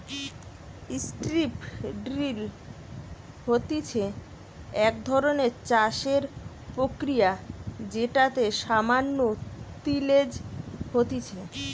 strip drill হতিছে এক ধরণের চাষের প্রক্রিয়া যেটাতে সামান্য তিলেজ হতিছে